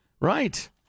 Right